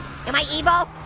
am i evil?